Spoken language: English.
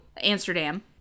Amsterdam